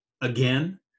again